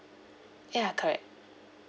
ya correct